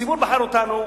הציבור בחר אותנו,